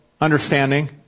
understanding